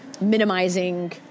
minimizing